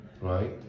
right